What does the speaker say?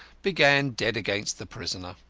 began dead against the prisoner.